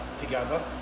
together